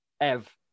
Ev